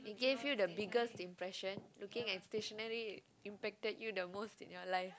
it gave you the biggest impression looking at stationary impacted you the most in your life